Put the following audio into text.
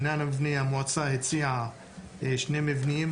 המועצה הציעה שני מבנים.